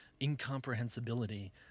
incomprehensibility